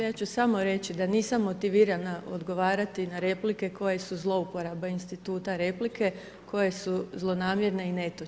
Ja ću samo reći da nisam motivirana odgovarati na replike koje su zlouporaba instituta replike, koje su zlonamjerne i netočne.